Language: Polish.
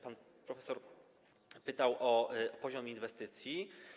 Pan profesor pytał o poziom inwestycji.